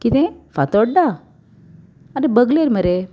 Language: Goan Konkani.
किदें फातोड्डा आनी बगलेर मरे